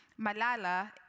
Malala